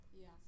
Yes